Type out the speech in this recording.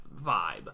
vibe